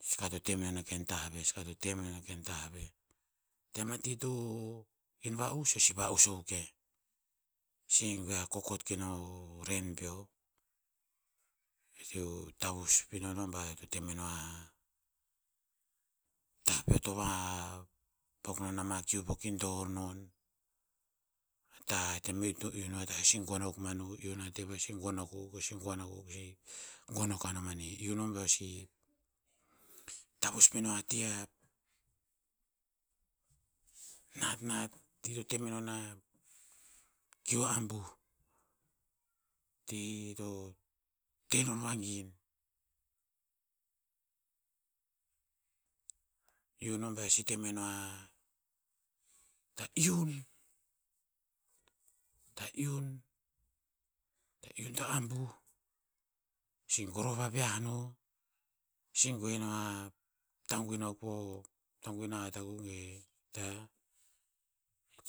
ska to te menon a ken tah ve ska to te a menon o ken tah ve. Tem a ti to hin va'us eo si va'us akuk yiah. Si goe a kokot keno o ren peo. Eo to iu tavus pino ba eo to te meno a, tah peo to va pok non ama kiu peo ki dor non. tem eo to iu no a tah eo si gon akuk manuh iu no a te vo si gon akuk eo si gon akuk sih. Gon akuk ano manih iu no beo si, tavus pino a ti a, nat nat ti to te menon a, kiu a abuh. Ti to te non vagin. Iu no beo sih temeno a, ta iu- ta iun- ta iu- ta abuh. Si goroh vaviah no. Si goe no a taguin akuk po, taguin a hat akuk ge,